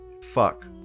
Fuck